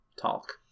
talk